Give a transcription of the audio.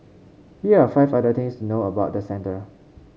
here are five other things to know about the centre